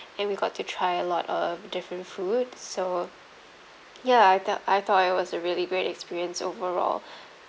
and we got to try a lot of different food so ya I thought I thought it was a really great experience overall